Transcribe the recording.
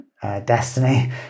Destiny